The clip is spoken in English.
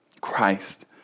Christ